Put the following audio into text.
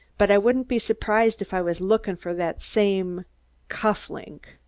but i wouldn't be surprised if i was lookin' for that same cuff-link.